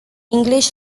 english